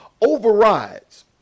overrides